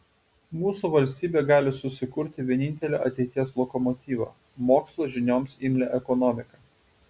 mūsų valstybė gali susikurti vienintelį ateities lokomotyvą mokslo žinioms imlią ekonomiką